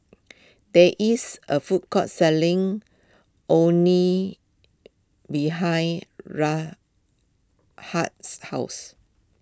there is a food court selling Orh Nee behind Rashad's house